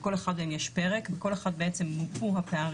לכל אחד מהם יש פרק ובכל אחד הובעו הפערים